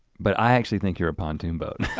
but i actually think you're a pontoon boat.